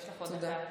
אז יש לך עוד דקה.